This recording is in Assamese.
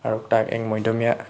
আৰু তাৰে মধ্যমীয়া